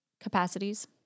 capacities